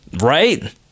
Right